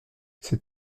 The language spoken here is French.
ses